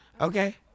Okay